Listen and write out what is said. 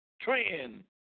trend